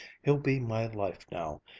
he'll be my life now.